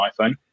iPhone